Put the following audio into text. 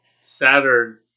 Saturn